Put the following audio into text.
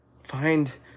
find